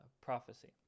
prophecy